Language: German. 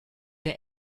der